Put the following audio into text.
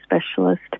specialist